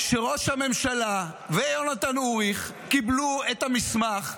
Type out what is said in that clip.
שראש הממשלה ויונתן אוריך קיבלו את המסמך,